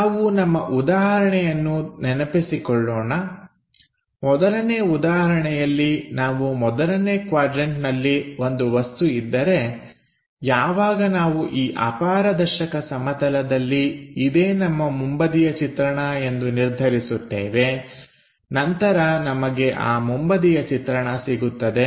ನಾವು ನಮ್ಮ ಉದಾಹರಣೆಯನ್ನು ನೆನಪಿಸಿಕೊಳ್ಳೋಣ ಮೊದಲನೇ ಉದಾಹರಣೆಯಲ್ಲಿ ನಾವು ಮೊದಲನೇ ಕ್ವಾಡ್ರನ್ಟನಲ್ಲಿ ಒಂದು ವಸ್ತು ಇದ್ದರೆ ಯಾವಾಗ ನಾವು ಈ ಅಪಾರದರ್ಶಕ ಸಮತಲದಲ್ಲಿ ಇದೇ ನಮ್ಮ ಮುಂಬದಿಯ ಚಿತ್ರಣ ಎಂದು ನಿರ್ಧರಿಸುತ್ತೇವೆ ನಂತರ ನಮಗೆ ಆ ಮುಂಬದಿಯ ಚಿತ್ರಣ ಸಿಗುತ್ತದೆ